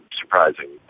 surprising